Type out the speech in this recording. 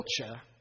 culture